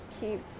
Keep